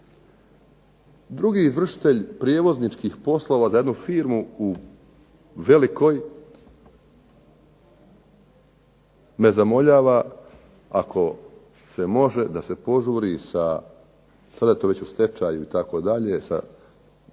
Drugi izvršitelj prijevozničkih poslova za jednu firmu u velikoj me zamoljava ako se može da se požuri sa, sada je to već u stečaju itd., sa